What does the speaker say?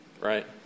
Right